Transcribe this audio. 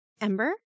Ember